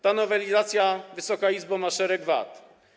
Ta nowelizacja, Wysoka Izbo, ma szereg wad.